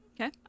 Okay